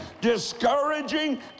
discouraging